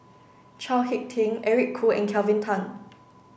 Chao Hick Tin Eric Khoo and Kelvin Tan